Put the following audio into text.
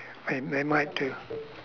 think they might do